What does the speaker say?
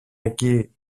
εκεί